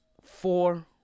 four